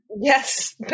Yes